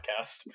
podcast